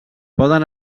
poden